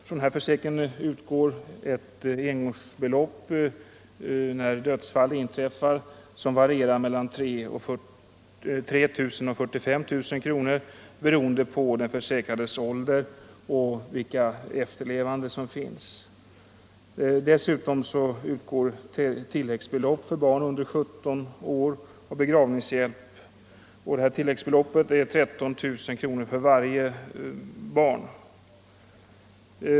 Från denna försäkring utgår ett engångsbelopp när dödsfall inträffar som varierar mellan 3 000 och 45 000 kronor, beroende på den försäkrades ålder och vilka efterlevande som finns. Dessutom utgår tilläggsbelopp för barn under 17 år och begravningshjälp; tilläggsbeloppet är 13000 kronor för varje barn.